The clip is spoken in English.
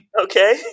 Okay